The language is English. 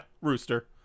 rooster